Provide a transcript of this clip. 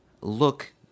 look